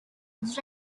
was